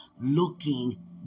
looking